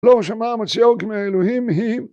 לא רשמה מציאות מהאלוהים היא